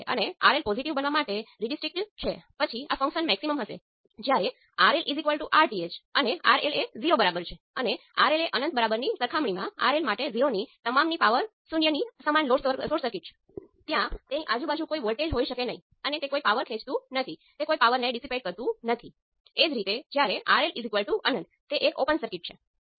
અને એ જ રીતે આપણે બીજા ઇક્વેશન I2 એ h21 × I1 અથવા h21 એ ફક્ત I2 બાય I1 છે જે પોર્ટ 1 થી પોર્ટ 2 સુધીનો કરંટ ગેઈન કરે છે જે પોર્ટ 2 શોર્ટ સર્કિટ સાથે છે